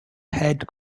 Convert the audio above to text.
head